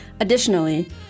Additionally